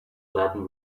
laden